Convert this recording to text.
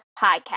podcast